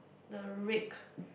the rake